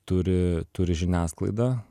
turi turi žiniasklaida